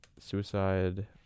suicide